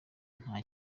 nta